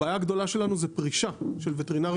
הבעיה הגדולה שלנו היא פרישה של וטרינרים